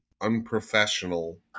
unprofessional